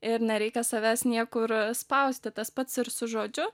ir nereikia savęs niekur spausti tas pats ir su žodžiu